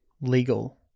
legal